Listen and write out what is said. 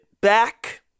back